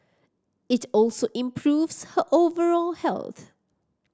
it also improves her overall health